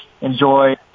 enjoy